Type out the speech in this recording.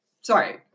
Sorry